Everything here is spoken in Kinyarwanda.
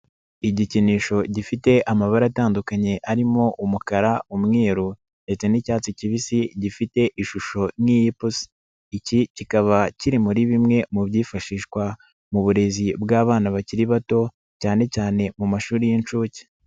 Igikinisho gifite amabara atandukanye arimo umukara, umweru ndetse n'icyatsi kibisi gifite ishusho nk'iy'ipusi, iki kikaba kiri muri bimwe mu byifashishwa mu burezi bw'abana bakiri bato, cyane cyane mu mashuri y'inshuke.